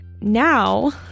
Now